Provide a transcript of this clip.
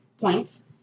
points